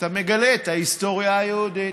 אתה מגלה את ההיסטוריה היהודית.